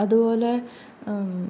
അതുപോലെ